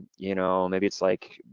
you know maybe it's like,